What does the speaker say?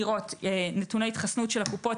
נתוני התחסנות של הקופות,